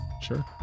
sure